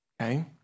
okay